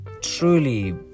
truly